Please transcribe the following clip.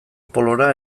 polora